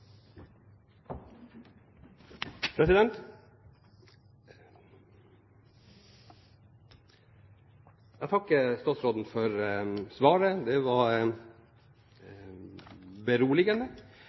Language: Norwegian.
Jeg takker statsråden for svaret. Det var